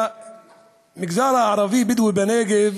במגזר הערבי הבדואי בנגב